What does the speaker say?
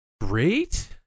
great